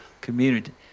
community